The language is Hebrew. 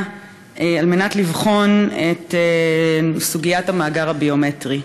על מנת לבחון את סוגיית המאגר הביומטרי.